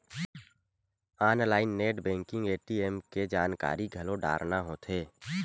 online net banking ATM के जानकारी घलो डारना होथे